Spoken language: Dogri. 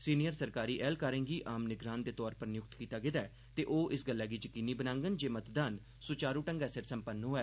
सीनियर सरकारी ऐह्लकारें गी आम निगरान दे तौर उप्पर नियुक्त कीता गेदा ऐ ते ओह् इस गल्लै गी यकीनी बनाङन जे मतदान सुचारू ढंग्गै सिर संपन्न होऐ